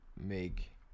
make